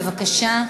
בבקשה.